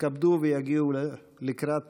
יתכבדו ויגיעו לקראת